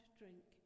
drink